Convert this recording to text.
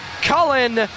Cullen